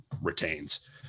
retains